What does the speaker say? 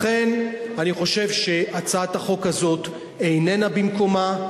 לכן אני חושב שהצעת החוק הזאת איננה במקומה,